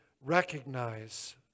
recognize